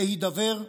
להידבר,